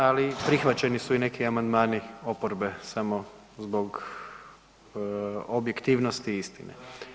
Ali prihvaćeni su i neki amandmani oporbe samo zbog objektivnosti i istine.